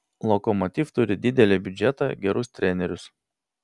lokomotiv turi didelį biudžetą gerus trenerius